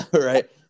Right